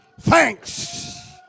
Thanks